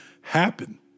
happen